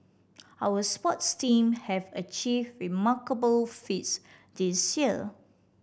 our sports team have achieved remarkable feats this year